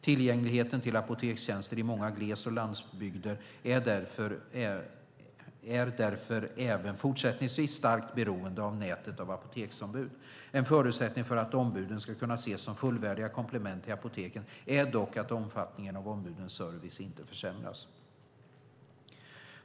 Tillgängligheten till apotekstjänster i många gles och landsbygder är därför även fortsättningsvis starkt beroende av nätet av apoteksombud. En förutsättning för att ombuden ska kunna ses som fullvärdiga komplement till apoteken är dock att omfattningen av ombudens service inte försämras.